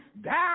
down